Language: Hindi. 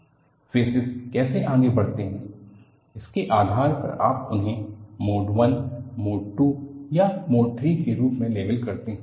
मोड III लोडिंग फ़ेसिस कैसे आगे बढ़ते हैं इसके आधार पर आप उन्हें मोड I मोड II या मोड III के रूप में लेबल करते हैं